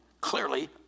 clearly